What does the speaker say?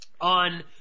on